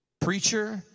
Preacher